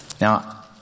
Now